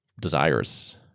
desires